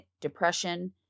Depression